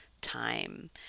time